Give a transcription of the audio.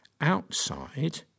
outside